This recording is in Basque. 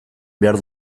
behar